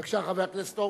בבקשה, חבר הכנסת הורוביץ.